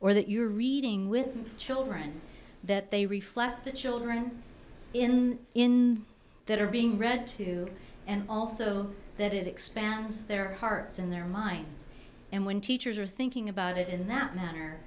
or that you're reading with children that they reflect the children in that are being read to and also that it expands their hearts in their minds and when teachers are thinking about it in that manner